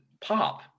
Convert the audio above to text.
pop